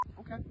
Okay